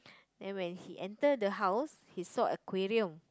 then when he enter the house he saw aquarium